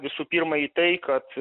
visų pirma į tai kad